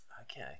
Okay